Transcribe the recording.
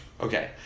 Okay